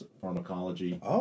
pharmacology